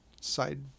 side